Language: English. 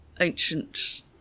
ancient